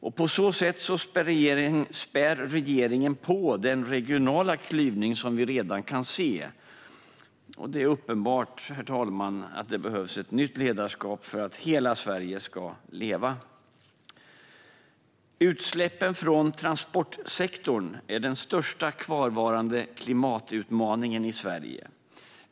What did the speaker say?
På så sätt spär regeringen på den regionala klyvning som vi redan kan se. Det är uppenbart att det behövs ett nytt ledarskap för att hela Sverige ska leva. Utsläppen från transportsektorn är den störst kvarvarande klimatutmaningen i Sverige.